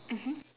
mmhmm